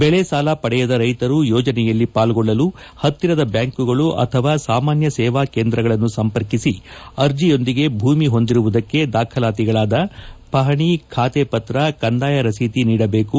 ಬೆಳೆ ಸಾಲ ಪಡೆಯದ ರೈತರು ಯೋಜನೆಯಲ್ಲಿ ಪಾಲ್ಗೊಳ್ಳಲು ಹತ್ತಿರದ ಬ್ಯಾಂಕುಗಳು ಅಥವಾ ಸಾಮಾನ್ಯ ಸೇವಾ ಕೇಂದ್ರಗಳನ್ನು ಸಂಪರ್ಕಿಸಿ ಅರ್ಜಿಯೊಂದಿಗೆ ಭೂಮಿ ಹೊಂದಿರುವುದಕ್ಕೆ ದಾಖಲಾತಿಗಳಾದ ಪಹಣಿ ಖಾತೆ ಪತ್ರ ಕಂದಾಯ ರಸೀದಿ ನೀಡಬೇಕು